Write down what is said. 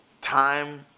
time